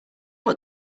what